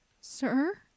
Sir